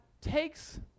takes